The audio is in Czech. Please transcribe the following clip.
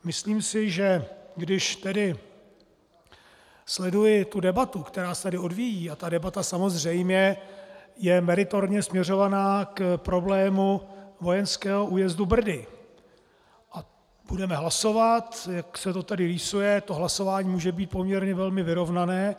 Myslím si, že když tedy sleduji tu debatu, která se tady odvíjí, a ta debata samozřejmě je meritorně směřovaná k problému vojenského újezdu Brdy, a budeme hlasovat, jak se to tedy rýsuje, to hlasování může být poměrně velmi vyrovnané.